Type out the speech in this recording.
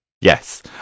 Yes